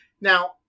Now